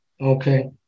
okay